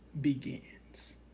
begins